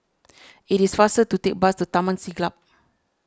it is faster to take the bus to Taman Siglap